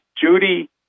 Judy